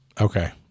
Okay